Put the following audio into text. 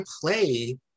play